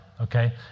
okay